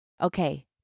Okay